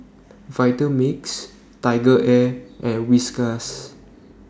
Vitamix Tiger Air and Whiskas